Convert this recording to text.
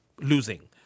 losing